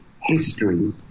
history